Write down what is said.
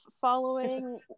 following